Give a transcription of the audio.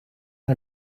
and